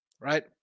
right